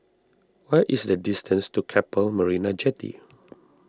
what is the distance to Keppel Marina Jetty